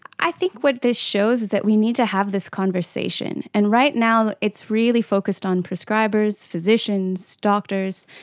i think what this shows is that we need to have this conversation. and right now it's really focused on prescribers, physicians, doctors,